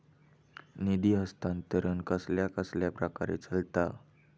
निधी हस्तांतरण कसल्या कसल्या प्रकारे चलता?